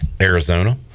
Arizona